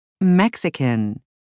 Mexican